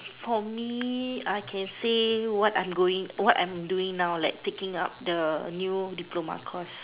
for me I can say what I'm going what I'm doing now like taking up the new diploma course